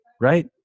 right